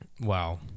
Wow